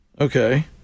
Okay